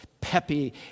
peppy